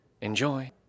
Enjoy